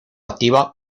activa